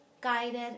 guided